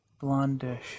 blondish